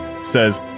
Says